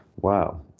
Wow